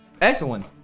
Excellent